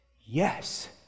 yes